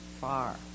far